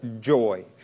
joy